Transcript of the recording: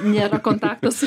nėra kontakto su